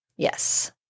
Yes